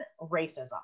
racism